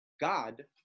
God